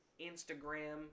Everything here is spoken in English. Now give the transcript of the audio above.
Instagram